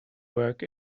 work